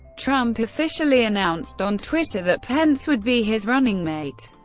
trump officially announced on twitter that pence would be his running mate.